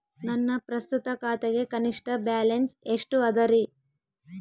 ನನ್ನ ಪ್ರಸ್ತುತ ಖಾತೆಗೆ ಕನಿಷ್ಠ ಬ್ಯಾಲೆನ್ಸ್ ಎಷ್ಟು ಅದರಿ?